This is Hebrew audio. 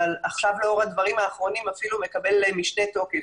אבל עכשיו לאור הדברים האחרונים אפילו מקבל משנה תוקף.